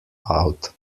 out